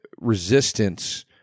resistance